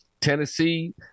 Tennessee